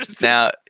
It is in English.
Now